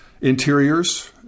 interiors